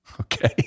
Okay